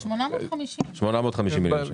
850. 850 מיליון שקלים.